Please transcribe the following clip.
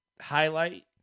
highlight